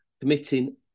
committing